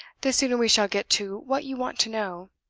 the sooner we shall get to what you want to know.